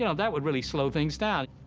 yeah that would really slow things down.